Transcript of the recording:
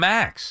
Max